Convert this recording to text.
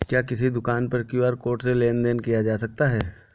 क्या किसी दुकान पर क्यू.आर कोड से लेन देन देन किया जा सकता है?